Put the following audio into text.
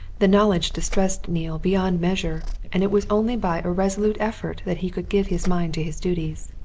the knowledge distressed neale beyond measure, and it was only by a resolute effort that he could give his mind to his duties.